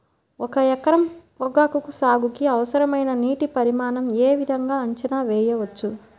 ఒక ఎకరం పొగాకు సాగుకి అవసరమైన నీటి పరిమాణం యే విధంగా అంచనా వేయవచ్చు?